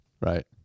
Right